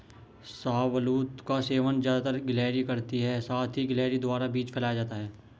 शाहबलूत का सेवन ज़्यादातर गिलहरी करती है साथ ही गिलहरी द्वारा बीज फैलाया जाता है